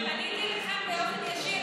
פניתי אליכם באופן ישיר,